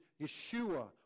Yeshua